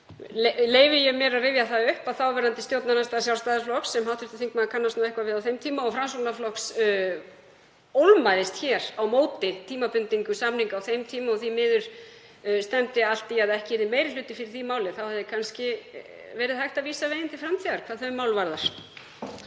leyfi mér að rifja það upp að þáverandi stjórnarandstaða Sjálfstæðisflokks, sem hv. þingmaður kannast nú eitthvað við á þeim tíma, og Framsóknarflokks ólmaðist á móti tímabindingu samninga á þeim tíma og því miður stefndi allt í að ekki yrði meiri hluti fyrir því máli. Þá hefði kannski verið hægt að vísa veginn til framtíðar hvað þau mál varðar.